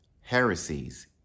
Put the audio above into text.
heresies